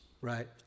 right